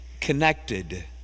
connected